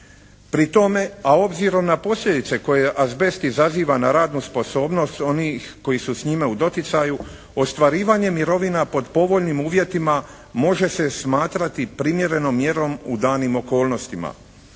Pri tome a obzirom na posljedice koje azbest izaziva na radnu sposobnost onih koji su s njime u doticaju ostvarivanje mirovina pod povoljnim uvjetima može se smatrati primjerenom mjerom u danim okolnostima.